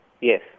yes